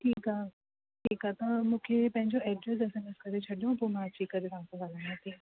ठीकु आहे ठीकु आहे तव्हां मूंखे पंहिंजो एड्रेस एसएमएस करे छॾियो पोइ मां अची करे तव्हां सां ॻाल्हायां थी